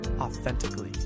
authentically